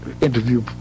interview